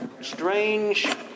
strange